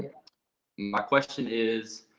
my question is,